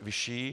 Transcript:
vyšší.